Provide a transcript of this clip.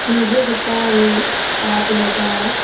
নিজে সূতা আনি তাঁত লগাই